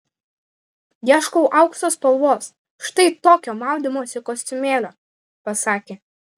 ieškau aukso spalvos štai tokio maudymosi kostiumėlio pasakė